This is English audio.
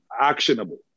actionable